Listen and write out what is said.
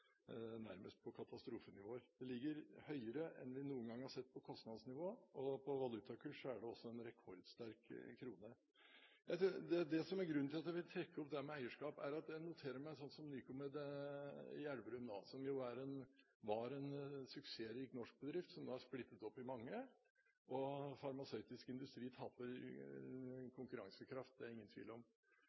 på katastrofenivå. Kostnadsnivået ligger høyere enn vi noen gang har sett, og når det gjelder valutakurs, er kronen rekordsterk. Grunnen til at jeg vil ta opp dette med eierskap, er at jeg noterer meg, som i forbindelse med Nycomed i Elverum, som jo var en suksessrik norsk bedrift, og som nå er splittet opp i mange – farmasøytisk industri taper konkurransekraft, det er det ingen tvil om